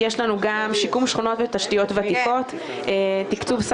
אני רק אומר לכם שבחודש ספטמבר לפני חודשיים